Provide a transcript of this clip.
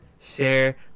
share